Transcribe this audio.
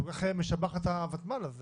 את משבחת את הוותמ"ל הזה